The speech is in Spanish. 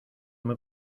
muy